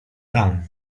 tam